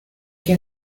que